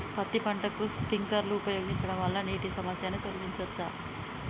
పత్తి పంటకు స్ప్రింక్లర్లు ఉపయోగించడం వల్ల నీటి సమస్యను తొలగించవచ్చా?